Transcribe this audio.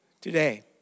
today